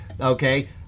Okay